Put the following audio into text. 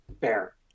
Fair